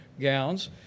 gowns